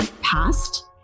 past